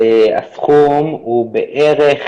הסכום הוא בערך